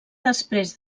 després